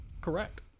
Correct